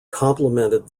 complimented